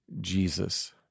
Jesus